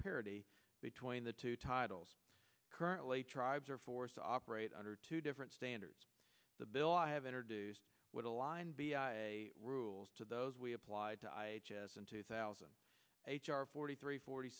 parity between the two titles currently tribes are forced to operate under two different standards the bill i have introduced would align rules to those we applied to i s n two thousand h r forty three forty